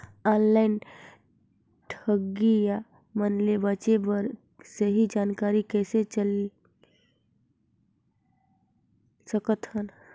Online ठगईया मन ले बांचें बर सही जानकारी कइसे ले सकत हन?